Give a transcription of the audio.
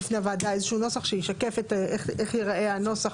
בפני הוועדה איזה שהוא נוסח שישקף איך ייראה הנוסח,